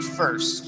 first